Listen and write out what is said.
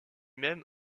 même